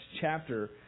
chapter